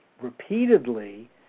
repeatedly